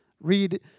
Read